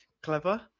clever